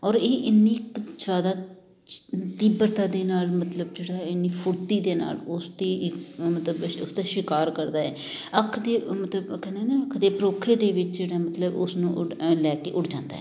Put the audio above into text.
ਔਰ ਇਹ ਇੰਨੀ ਤੀਬਰਤਾ ਦੇ ਨਾਲ ਮਤਲਬ ਜਿਹੜਾ ਇੰਨੀ ਫੁਰਤੀ ਦੇ ਨਾਲ ਉਸਦੀ ਮਤਲਬ ਉਸਦਾ ਸ਼ਿਕਾਰ ਕਰਦਾ ਏ ਅੱਖ ਦੇ ਮਤਲਬ ਦੇ ਪਰੋਖੇ ਦੇ ਵਿੱਚ ਜਿਹੜਾ ਮਤਲਬ ਉਸਨੂੰ ਲੈ ਕੇ ਉੱਡ ਜਾਂਦਾ